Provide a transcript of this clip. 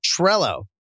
Trello